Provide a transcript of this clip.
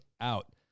out